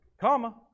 comma